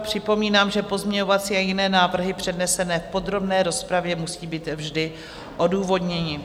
Připomínám, že pozměňovací a jiné návrhy přednesené v podrobné rozpravě musí být vždy odůvodněny.